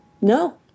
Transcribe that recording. No